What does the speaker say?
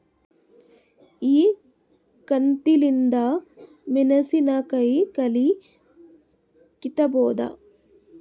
ಈ ಕಂಟಿಲಿಂದ ಮೆಣಸಿನಕಾಯಿ ಕಳಿ ಕಿತ್ತಬೋದ?